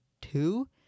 two